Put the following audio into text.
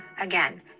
again